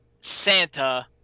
Santa